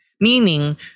Meaning